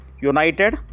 United